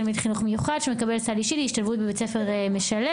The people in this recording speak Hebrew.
תלמיד חינוך מיוחד שמקבל סל אישי להשתלבות בבית ספר משלב.